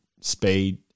speed